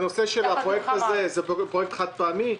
הפרויקט הזה הוא פרויקט חד פעמי?